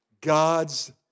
God's